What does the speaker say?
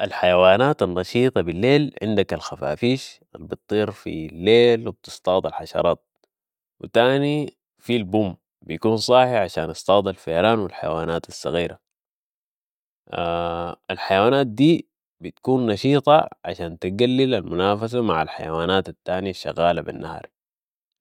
الحيوانات النشيطة بالليل عندك الخفافيش البتطير في الليل و بتصطاد الحشرات و تاني في البوم بيكون صاحي عشان يصيد الفيران والحيوانات الصغيرة الحيوانات دي بتكون نشيطة عشان تقلل المنافسة مع الحيوانات التانية الشغالة بالنهار ،